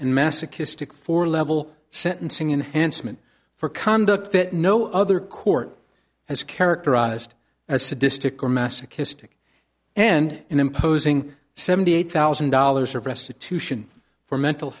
and masochistic four level sentencing enhanced meant for conduct that no other court has characterized as sadistic or masochistic and imposing seventy eight thousand dollars of restitution for mental